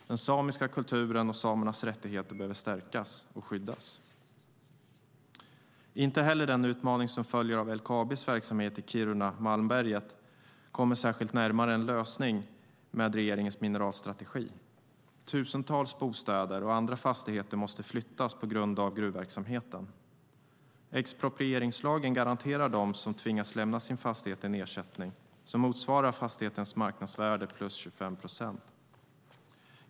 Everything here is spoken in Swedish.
Den samiska kulturen och samernas rättigheter behöver stärkas och skyddas. Inte heller den utmaning som följer av LKAB:s verksamhet i Kiruna och Malmberget kommer särskilt mycket närmare en lösning med regeringens mineralstrategi. Tusentals bostäder och andra fastigheter måste flyttas på grund av gruvverksamheten. Expropriationslagen garanterar den som tvingas lämna sin fastighet en ersättning som motsvarar fastighetens marknadsvärde plus 25 procent.